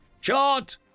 Shot